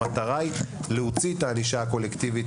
המטרה היא להוציא את הענישה הקולקטיבית